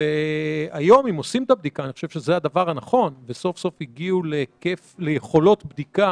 אני עובדת מול מטופלות גם עם מסכת שקף.